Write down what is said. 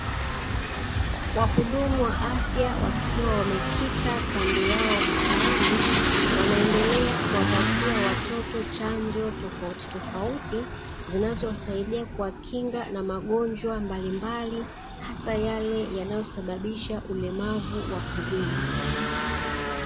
Wahudumu wa afya wakiwa wamekita kambi yao mtaani, Wanaendelea kuwapatia watoto chanjo tofautitofauti, zinazowasaidia kuwakinga na magonjwa mbalimbali hasa Yale yanayosababisha ulemavu wa kudumu.